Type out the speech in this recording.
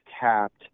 capped